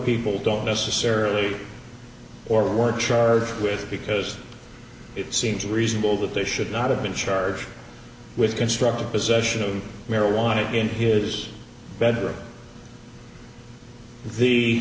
people don't necessarily or were charged with because it seems reasonable that they should not have been charged with constructive possession of marijuana in his bed or the